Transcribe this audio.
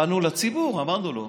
באנו לציבור, אמרנו לו: